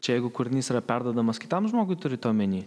čia jeigu kūrinys yra perduodamas kitam žmogui turit omeny